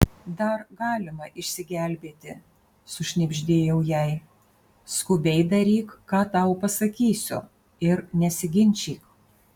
dar galima išsigelbėti sušnibždėjau jai skubiai daryk ką tau pasakysiu ir nesiginčyk